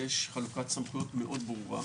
יש הגדרת סמכויות מאוד ברורה.